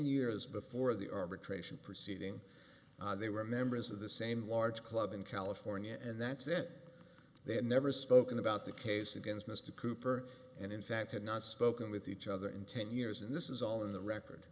years before the arbitration proceeding they were members of the same large club in california and that's it they had never spoken about the case against mr cooper and in fact had not spoken with each other in ten years and this is all in the record